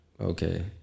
Okay